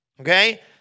Okay